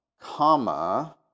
comma